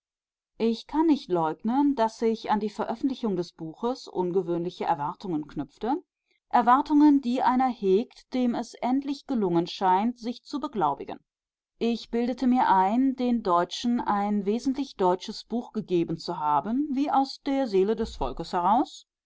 ich kann nicht leugnen daß ich an die veröffentlichung des buches ungewöhnliche erwartungen knüpfte erwartungen die einer hegt dem es endlich gelungen scheint sich zu beglaubigen ich bildete mir ein den deutschen ein wesentlich deutsches buch gegeben zu haben wie aus der seele des volkes heraus